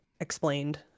explained